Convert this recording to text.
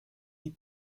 die